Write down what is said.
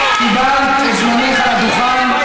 קיבלת את זמנך על הדוכן.